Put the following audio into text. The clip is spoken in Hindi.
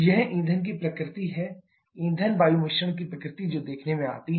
यह ईंधन की प्रकृति है ईंधन वायु मिश्रण की प्रकृति जो देखने में आती है